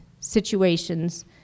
situations